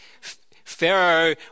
Pharaoh